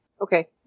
Okay